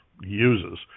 uses